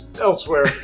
elsewhere